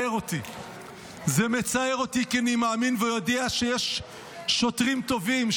אותי כי אני מאמין ויודע שיש שוטרים טובים,